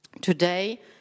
today